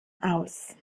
aus